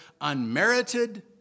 unmerited